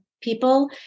people